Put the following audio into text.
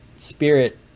spirit